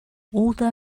older